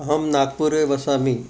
अहं नागपुरे वसामि